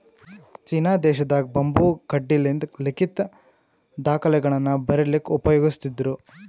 China ದೇಶದಾಗ್ bamboo ಕಡ್ಡಿಲಿಂತ್ ಲಿಖಿತ್ ದಾಖಲೆಗಳನ್ನ ಬರಿಲಿಕ್ಕ್ ಉಪಯೋಗಸ್ತಿದ್ರು